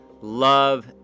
love